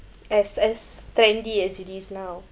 as as trendy as it is now